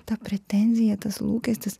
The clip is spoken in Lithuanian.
ta pretenzija tas lūkestis